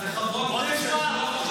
בואו נשמע.